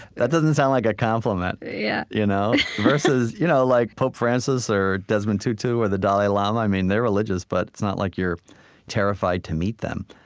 that doesn't sound like a compliment. yeah you know versus, you know like, pope francis, or desmond tutu, or the dalai lama i mean, they're religious, but it's not like you're terrified to meet them.